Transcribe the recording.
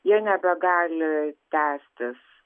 jie nebegali tęstis